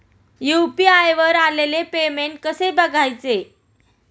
UPI वर आलेले payment कसे बघायचे?